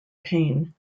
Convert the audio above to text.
pain